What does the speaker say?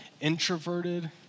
introverted